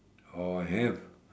or have